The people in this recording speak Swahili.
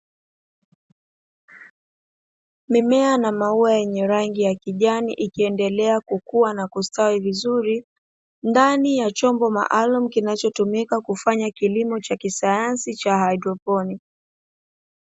Mimea na maua yenye rangi ya kijani ikiendelea kukua na kustawi vizuri, ndani ya chombo maalumu kinachotumika kufanya kilimo cha kisayansi cha haidroponi.